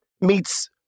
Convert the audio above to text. meets